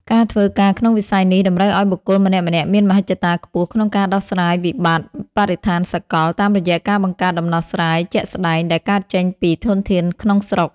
ការធ្វើការក្នុងវិស័យនេះតម្រូវឱ្យបុគ្គលម្នាក់ៗមានមហិច្ឆតាខ្ពស់ក្នុងការដោះស្រាយវិបត្តិបរិស្ថានសកល តាមរយៈការបង្កើតដំណោះស្រាយជាក់ស្ដែងដែលកើតចេញពីធនធានក្នុងស្រុក។